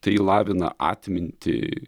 tai lavina atmintį